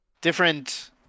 different